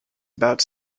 about